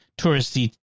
touristy